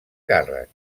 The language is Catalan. càrrec